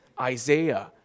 Isaiah